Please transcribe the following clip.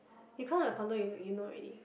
you count your condo you you know already